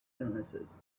illnesses